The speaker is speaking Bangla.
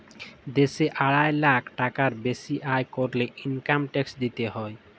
দ্যাশে আড়াই লাখ টাকার বেসি আয় ক্যরলে ইলকাম ট্যাক্স দিতে হ্যয়